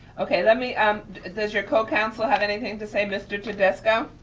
okay, and i mean um does your co-counsel have anything to say, mr. tedesco?